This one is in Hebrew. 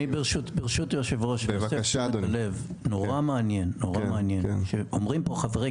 ברשות היושב הראש --- נורא מענין שאומרים פה חברי